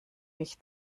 mich